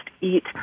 eat